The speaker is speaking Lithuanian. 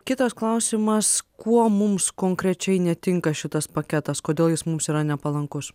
kitas klausimas kuo mums konkrečiai netinka šitas paketas kodėl jis mums yra nepalankus